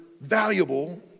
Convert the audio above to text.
valuable